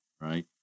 right